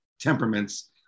temperaments